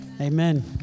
Amen